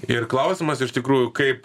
ir klausimas iš tikrųjų kaip